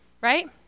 Right